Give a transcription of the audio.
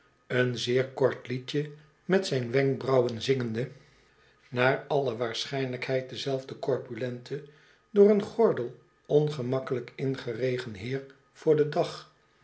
een zeer kort liedje met zijn wenkbrauwen zingende i h in t fransch vlaamsch land naar alle waarschijnlijkheid dezelfde corpulente door een gordel ongemakkelijk ingeregen heer voor den dag